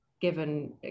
given